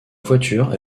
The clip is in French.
voiture